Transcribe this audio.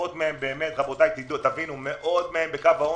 מאות מהם באמת בקו העוני.